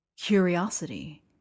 curiosity